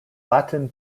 latin